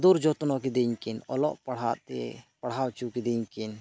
ᱟᱫᱚᱨ ᱡᱚᱛᱚᱱᱚ ᱠᱤᱫᱤᱧᱟᱹᱠᱤᱱ ᱚᱞᱚᱜ ᱯᱟᱲᱦᱟᱜ ᱛᱮ ᱯᱟᱲᱦᱟᱣ ᱚᱪᱚ ᱠᱤᱫᱤᱧᱟᱹᱠᱤᱱ